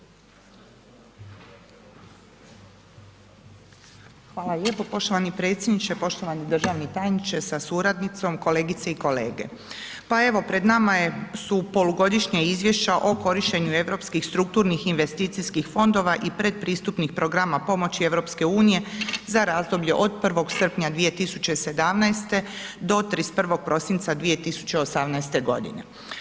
Hvala lijepo poštovani predsjedniče, poštovani državni tajniče sa suradnicom, kolegice i kolege, pa evo pred nama je, su polugodišnja Izvješća o korištenju Europskih strukturnih investicijskih fondova i pretpristupnih programa pomoći EU za razdoblje od 1. srpnja 2017. do 31. prosinca 2018. godine.